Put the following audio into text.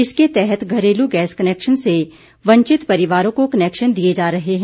इसके तहत घरेलू गैस कनेक्शन से वंचित परिवारों को कनेक्शन दिए जा रहे हैं